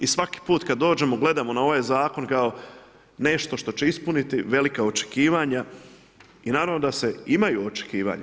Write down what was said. I svaki put kad dođemo i gledamo na ovaj zakon, kao nešto što će ispuniti velika očekivanja, i naravno da se imaju očekivanja.